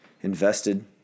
invested